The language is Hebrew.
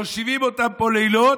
מושיבים אותם פה לילות,